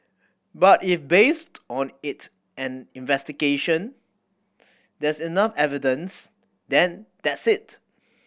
but if based on it and investigation there's enough evidence then that's it